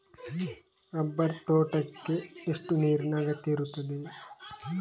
Rubber ತೋಟಕ್ಕೆ ಎಷ್ಟು ನೀರಿನ ಅಗತ್ಯ ಇರುತ್ತದೆ?